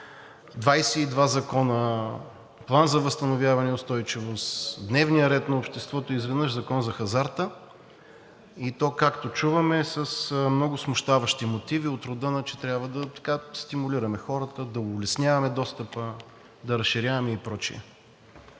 22 закона, План за възстановяване и устойчивост, дневния ред на обществото и изведнъж Закон за хазарта, и то, както чуваме, с много смущаващи мотиви от рода на, че трябва да стимулираме хората, да улесняваме достъпа, да разширяваме и прочее.